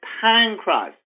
pancreas